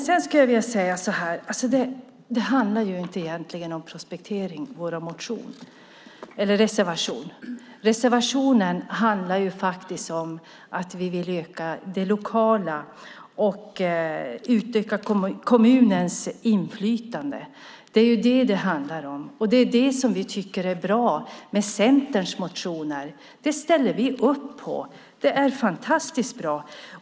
Sedan skulle jag vilja säga att vår reservation egentligen inte handlar om prospektering. Reservationen handlar faktiskt om att vi vill öka det lokala inflytandet och utöka kommunens inflytande. Det är det som det handlar om, och det är det som vi tycker är bra med Centerns motioner. Vi ställer upp på det. Det är fantastiskt bra.